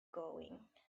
going